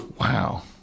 Wow